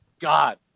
God